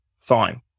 fine